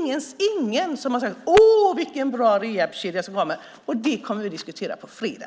Ingen har sagt: Å, vilken bra rehabkedja som kommer! Det kommer vi att diskutera på fredag.